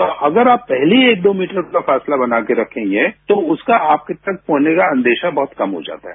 तो अगर आप पहले ही एक दो मीटर का फासला बनाके रखेंगे तो उसका आपके ऊपर होने का अंदेशा बहुत कम हो जाता है